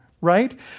right